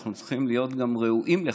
אנחנו צריכים להיות גם ראויים לכך,